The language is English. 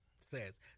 says